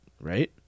right